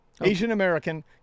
Asian-American